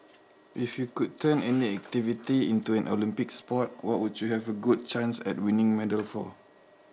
if you could turn any activity into a olympic sport what would you think you would have a good chance at winning a medal for